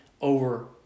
over